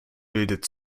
bildet